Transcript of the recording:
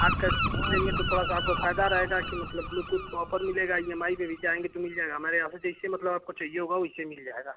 hard case देंगे तो थोड़ा सा आपको फायदा रहेगा कि मतलब ब्लूटूथ पर ऑफर मिलेगा ई एम आई पर भी जाएंगे तो मिल जाएगा हमारे यहाँ से जैसे मतलब आपको चाहिए होगा वैसे मिल जाएगा